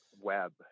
web